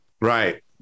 Right